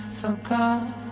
forgot